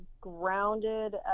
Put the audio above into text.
grounded